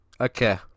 okay